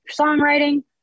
songwriting